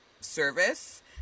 service